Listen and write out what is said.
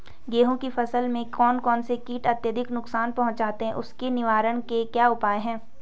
गेहूँ की फसल में कौन कौन से कीट अत्यधिक नुकसान पहुंचाते हैं उसके निवारण के क्या उपाय हैं?